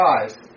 guys